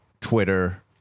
Twitter